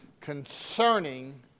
concerning